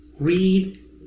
read